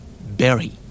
Berry